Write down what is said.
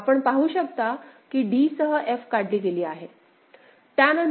आपण पाहू शकता की d सह f काढली गेली आहे